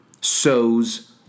sows